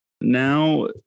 Now